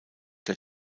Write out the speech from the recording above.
der